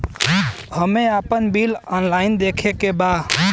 हमे आपन bill online देखे के बा?